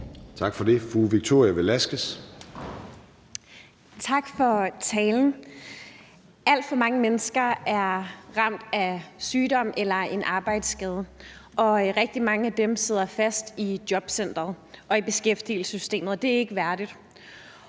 Kl. 16:32 Victoria Velasquez (EL): Tak for talen. Alt for mange mennesker er ramt af sygdom eller en arbejdsskade. Og rigtig mange af dem sidder fast i jobcenteret og i beskæftigelsessystemet, og det er ikke værdigt.